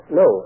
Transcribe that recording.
no